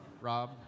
Rob